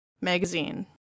magazine